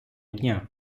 дня